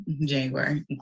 january